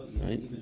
Right